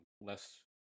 less